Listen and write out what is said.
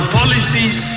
policies